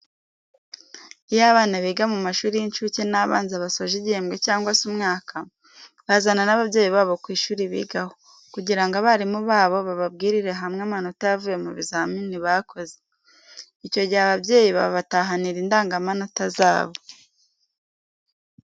Iyo abana biga mu mashuri y'incuke n'abanza basoje igihembwe cyangwa se umwaka, bazana n'ababyeyi babo ku ishuri bigaho, kugira ngo abarimu babo bababwirire hamwe amanota yavuye mu bizamini bakoze. Icyo gihe ababyeyi babatahanira indangamanota zabo.